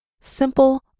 Simple